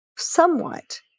somewhat